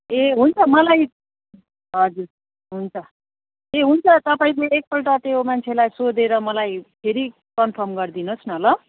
ए हुन्छ मलाई हजुर हुन्छ ए हुन्छ तपाईँ चाहिँ एकपल्ट त्यो मान्छेलाई सोधेर मलाई फेरि कन्फर्म गरिदिनु होस् न ल